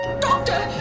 Doctor